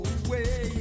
away